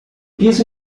piso